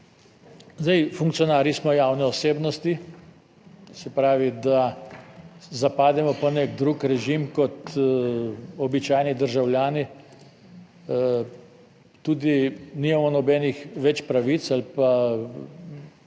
Zdaj funkcionarji smo javne osebnosti, se pravi, da zapademo pod nek drug režim kot običajni državljani, tudi nimamo nobenih več pravic ali pa bi